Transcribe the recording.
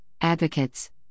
advocates